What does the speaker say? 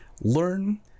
learn